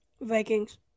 Vikings